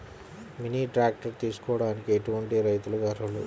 Mini tractor తీసుకోవడానికి ఎటువంటి రైతులకి అర్హులు?